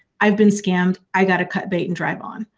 i've been scammed i got a cut bait and drive on.